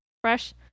Fresh